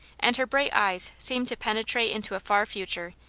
and her bright eyes seemed to penetrate into a far future,